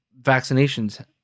vaccinations